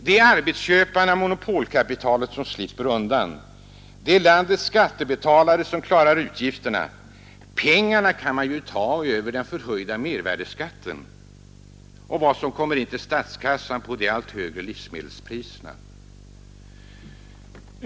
Det är arbetsköparna — monopolkapitalet — som slipper undan, det är landets skattebetalare som klarar utgifterna. Pengarna kan man ju ta över den förhöjda mervärdeskatten och vad som kommer in till statskassan på de allt högre livsmedelspriserna.